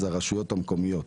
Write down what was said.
זה הרשויות המקומיות.